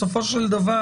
בסופו של דבר,